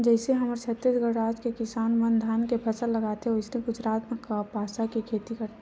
जइसे हमर छत्तीसगढ़ राज के किसान मन धान के फसल लगाथे वइसने गुजरात म कपसा के खेती करथे